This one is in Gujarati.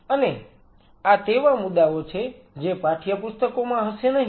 અને આ તેવા મુદ્દાઓ છે જે પાઠ્યપુસ્તકોમાં હશે નહીં